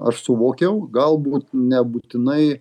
aš suvokiau galbūt nebūtinai